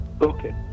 Okay